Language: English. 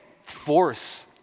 force